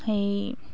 সেই